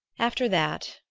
after that,